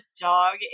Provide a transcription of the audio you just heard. dog